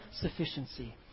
sufficiency